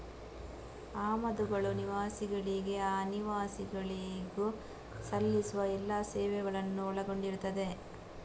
ಆಮದುಗಳು ನಿವಾಸಿಗಳಿಗೆ ಅನಿವಾಸಿಗಳು ಸಲ್ಲಿಸಿದ ಎಲ್ಲಾ ಸೇವೆಗಳನ್ನು ಒಳಗೊಂಡಿರುತ್ತವೆ